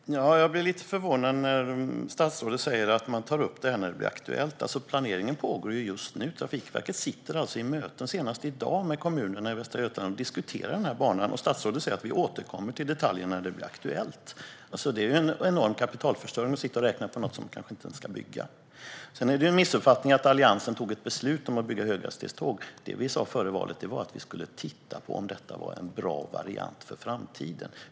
Fru talman! Jag blir lite förvånad när statsrådet säger att man tar upp det här när det blir aktuellt. Planeringen pågår ju just nu. Trafikverket sitter alltså i möte senast nu i dag med kommunerna i Västra Götaland och diskuterar den här banan, och statsrådet säger att man återkommer till detaljer när det blir aktuellt. Det är ju en enorm kapitalförstöring att sitta och räkna på något som vi kanske inte ens ska bygga. Sedan är det en missuppfattning att Alliansen tog ett beslut om att bygga höghastighetståg. Det vi sa före valet var att vi skulle titta på om detta var en bra variant för framtiden.